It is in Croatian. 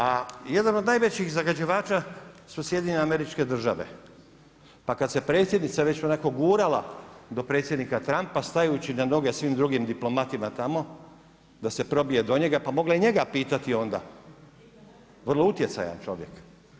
A jedna od najvećih zagađivača su SAD, pa kad se predsjednica već onako gurala do predsjednika Trumpa, stajući na noge svim drugim diplomatima tamo, da se probije do njega, pa mogla je njega pitati onda, vrlo utjecajan čovjek.